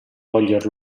toglier